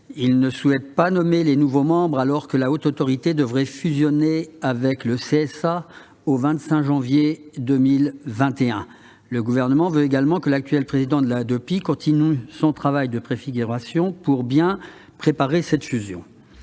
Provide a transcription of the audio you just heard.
Il ne veut pas nommer de nouveaux membres, alors que la Haute Autorité devrait fusionner avec le CSA le 25 janvier 2021. Le Gouvernement souhaite également que l'actuel président de la Hadopi continue son travail de préfiguration, pour bien préparer cette fusion.